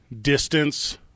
distance